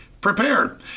prepared